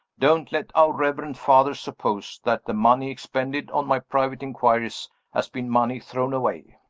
don't let our reverend fathers suppose that the money expended on my private inquiries has been money thrown away.